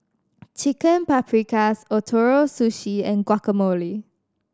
Chicken Paprikas Ootoro Sushi and Guacamole